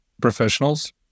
professionals